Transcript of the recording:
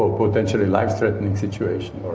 ah potentially life threatening situation,